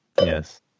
yes